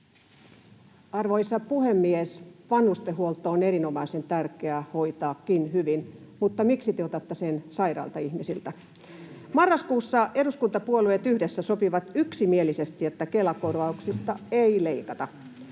Arvoisa puhemies! Vanhustenhuolto on erinomaisen tärkeä hoitaakin hyvin, mutta miksi te otatte sen sairailta ihmisiltä? Marraskuussa eduskuntapuolueet yhdessä sopivat yksimielisesti, että Kela-korvauksista ei leikata.